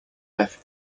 left